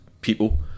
people